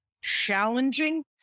challenging